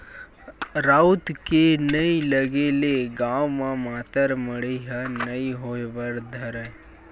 राउत के नइ लगे ले गाँव म मातर मड़ई ह नइ होय बर धरय